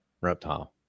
reptile